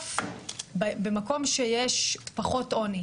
בסוף במקום שיש פחות עוני,